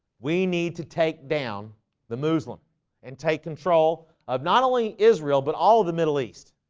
we need to take down the muslim and take control of not only israel, but all of the middle east